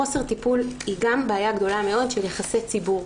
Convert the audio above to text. חוסר הטיפול הוא גם בעיה גדולה מאוד של יחסי ציבור,